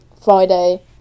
Friday